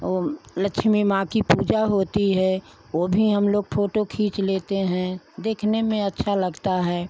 ओ लक्ष्मी माँ की पूजा होती है वह भी हम लोग फ़ोटो खींच लेते हैं देखने में अच्छा लगता है